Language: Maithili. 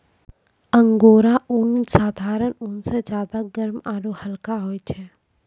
अंगोरा ऊन साधारण ऊन स ज्यादा गर्म आरू हल्का होय छै